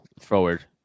forward